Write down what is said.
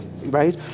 right